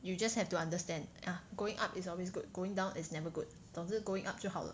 you just have to understand ah going up it's always good going down is never good 总之 going up 就好了